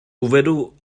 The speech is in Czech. uvedu